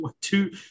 two